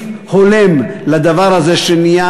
יצא לי להניח היום בקשה לדיון מהיר,